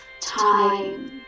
Time